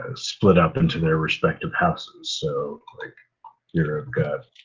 ah split up into their respective houses. so like here i've got